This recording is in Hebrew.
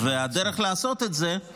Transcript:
והדרך לעשות את זה היא